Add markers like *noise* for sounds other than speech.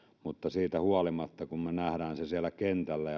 mutta siitä huolimatta kun me näemme siellä kentällä *unintelligible*